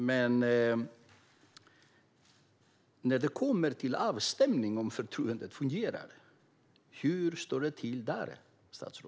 Men när det kommer till avstämning om förtroendet fungerar, hur står det då till?